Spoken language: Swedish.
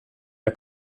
jag